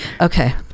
Okay